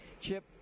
chip